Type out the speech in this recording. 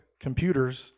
computers